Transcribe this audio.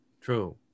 True